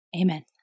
Amen